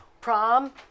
Prom